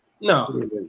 No